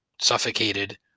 suffocated